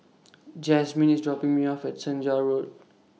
Jazmyn IS dropping Me off At Senja Road